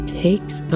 takes